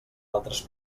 altres